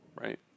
Right